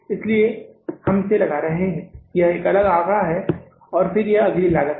इसलिए हम इसे लगा रहे हैं एक अलग आंकड़ा है और फिर अगली लागत है